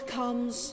comes